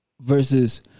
versus